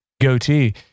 Goatee